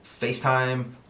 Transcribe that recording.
FaceTime